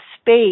space